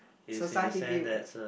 society view